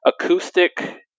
acoustic